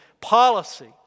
policy